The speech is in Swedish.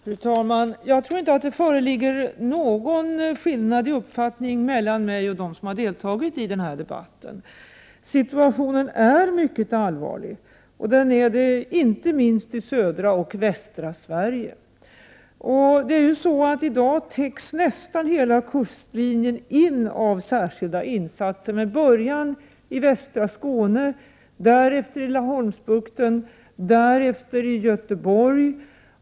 Fru talman! Jag tror inte att det föreligger någon skillnad i uppfattning mellan mig och dem som har deltagit i denna debatt. Situationen är mycket allvarlig, inte minst i södra och västra Sverige. I dag täcks nästan hela kustlinjen in av särskilda insatser. Dessa har satts in i området från västra Skåne, över Laholmsbukten och Göteborg.